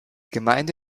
gemeinde